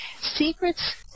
Secrets